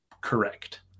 correct